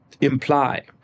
imply